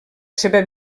seva